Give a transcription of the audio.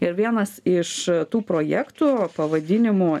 ir vienas iš tų projektų pavadinimu